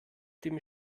dem